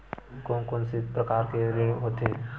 कोन कोन प्रकार के ऋण होथे?